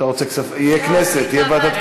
יהיה כנסת.